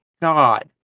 God